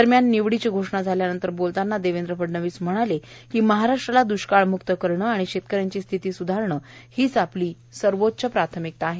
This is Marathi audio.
दरम्याव विवडीची घोषणा झाल्यानंतर बोलताना देवेंद्र फडणवीस म्हणाले महाराष्ट्राला द्रष्काळ्युक्त करणं आणि शेतकऱ्यांची स्थिती सुधारणं हीच आपली सर्वोच्च प्राथमिकता आहे